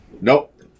Nope